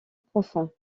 profond